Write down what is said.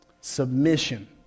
Submission